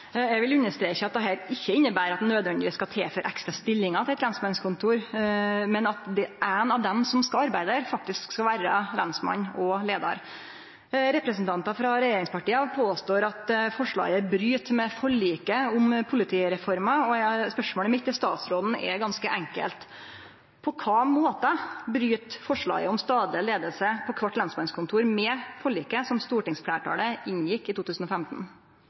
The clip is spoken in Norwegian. Eg vil understreke at dette ikkje inneberer at ein nødvendigvis skal tilføre ekstra stillingar til eit lensmannskontor, men at éin av dei som skal arbeide der, faktisk skal vere lensmann og leiar. Representantar frå regjeringspartia påstår at forslaget bryt med forliket om politireforma. Spørsmålet mitt til statsråden er ganske enkelt: På kva måte bryt forslaget om stadleg leiing på kvart lensmannskontor med forliket som stortingsfleirtalet inngjekk i 2015?